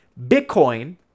Bitcoin